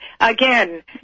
again